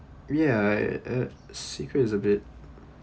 ya uh secret is a bit